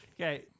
Okay